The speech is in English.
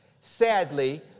Sadly